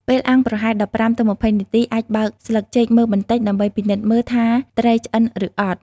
ពេលអាំងប្រហែល ១៥ ទៅ ២០ នាទី អាចបើកស្លឹកចេកមើលបន្តិចដើម្បីពិនិត្យមើលថាត្រីឆ្អិនឬអត់។